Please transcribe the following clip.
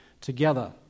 together